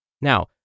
Now